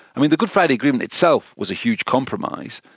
the good friday agreement itself was a huge compromise,